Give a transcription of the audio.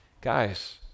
guys